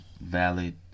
valid